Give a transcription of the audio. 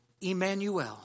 Emmanuel